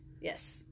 Yes